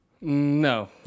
No